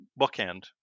bookend